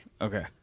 Okay